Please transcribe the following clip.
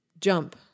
Jump